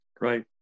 Right